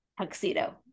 tuxedo